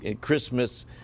Christmas